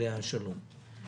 עליה השלום,